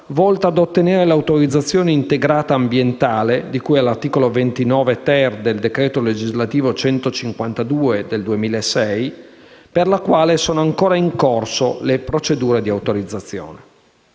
volta ad ottenere l'autorizzazione integrata ambientale di cui all'articolo 29-*ter* del decreto legislativo n. 152 del 2006, per la quale sono ancora in corso le procedure di autorizzazione.